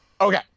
Okay